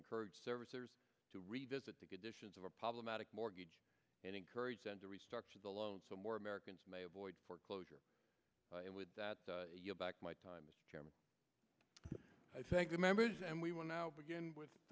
encourage servicers to revisit the conditions of a problematic mortgage and encourage them to restructure the loan so more americans may avoid foreclosure and with that back my times i thank the members and we will now begin with